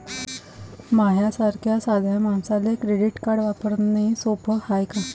माह्या सारख्या साध्या मानसाले क्रेडिट कार्ड वापरने सोपं हाय का?